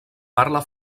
parla